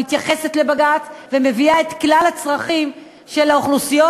מתייחסת לבג"ץ ומביאה את כלל הצרכים של האוכלוסיות,